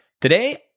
Today